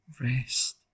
rest